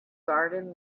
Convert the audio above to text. garden